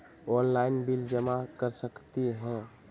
Online bill जमा कर सकती ह?